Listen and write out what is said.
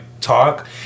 talk